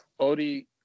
Odie